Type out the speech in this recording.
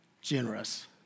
Generous